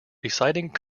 reciting